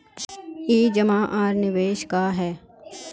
ई जमा आर निवेश का है?